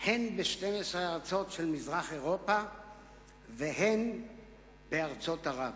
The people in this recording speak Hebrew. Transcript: הן ב-12 ארצות במזרח אירופה והן בארצות ערב.